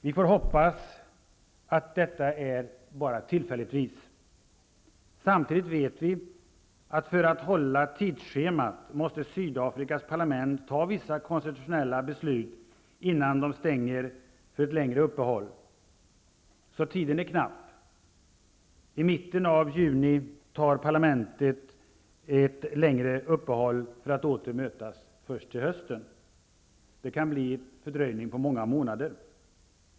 Vi får hoppas att detta bara är tillfälligt. Samtidigt vet vi att för att hålla tidsschemat måste Sydafrikas parlament fatta vissa konstitutionella beslut innan man stänger för ett längre uppehåll, så tiden är knapp. I mitten av juni gör parlamentet ett längre uppehåll för att åter mötas först till hösten. Det kan bli en fördröjning på många månader.